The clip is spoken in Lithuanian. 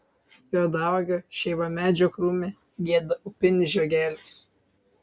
juodauogio šeivamedžio krūme gieda upinis žiogelis